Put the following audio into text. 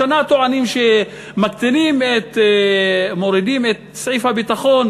השנה טוענים שמקטינים, שמורידים את תקציב הביטחון.